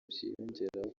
byiyongeraho